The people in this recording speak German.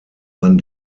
man